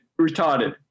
retarded